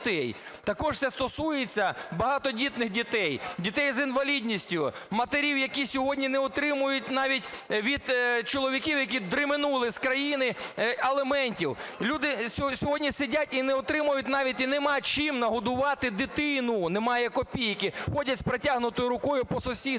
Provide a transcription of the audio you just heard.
Також це стосується багатодітних родин, дітей з інвалідністю, матерів, які сьогодні не отримують навіть від чоловіків, які дременули з країни, аліментів. Люди сьогодні сидять і не отримують навіть, і немає чим нагодувати дитину, немає копійки! Ходять з протягнутою рукою по сусідах.